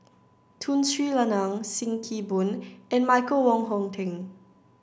Tun Sri Lanang Sim Kee Boon and Michael Wong Hong Teng